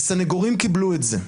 וסנגורים קיבלו את זה.